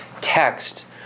text